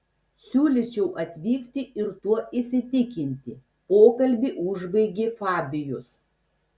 siūlyčiau atvykti ir tuo įsitikinti pokalbį užbaigė fabijus